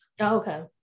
okay